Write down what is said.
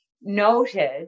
noted